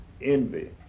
envy